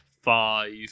five